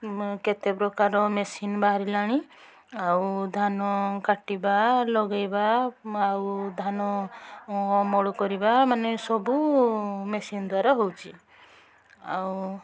ମେ କେତେ ପ୍ରକାର ମେସିନ୍ ବାହାରିଲାଣି ଆଉ ଧାନ କାଟିବା ଲଗାଇବା ଆଉ ଧାନ ଅମଳ କରିବା ମାନେ ସବୁ ମେସିନ୍ ଦ୍ୱାରା ହେଉଛି ଆଉ